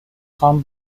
خوام